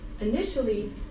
Initially